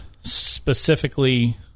specifically